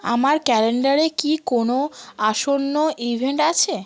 আমার ক্যালেন্ডারে কি কোনো আসন্ন ইভেন্ট আছে